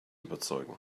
überzeugen